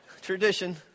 Tradition